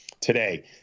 today